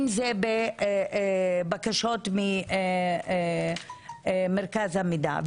אם זה בבקשות ממרכז המידע.